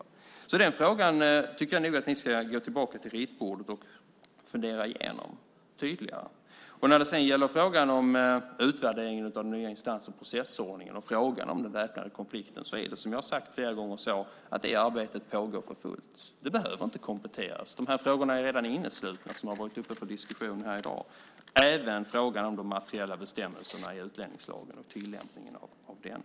Den frågan tycker jag nog att ni ska gå tillbaka till ritbordet med och fundera igenom ytterligare. När det sedan gäller frågan om utvärderingen av den nya instans och processordningen och frågan om den väpnade konflikten är det som jag har sagt flera gånger så att det arbetet pågår för fullt. Det behöver inte kompletteras. De frågor som har varit uppe till diskussion i dag är redan inneslutna, även frågan om de materiella bestämmelserna i utlänningslagen och tillämpningen av den.